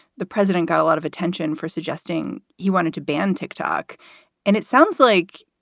the president got a lot of attention for suggesting he wanted to ban tic-tac. and it sounds like